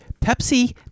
Pepsi